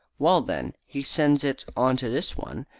well, then, he sends it on to this one,